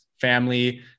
family